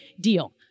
deal